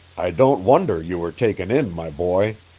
i don't wonder you were taken in, my boy.